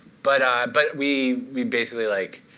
but um but we we basically, like,